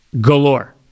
galore